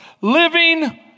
Living